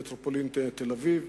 מטרופולין תל-אביב.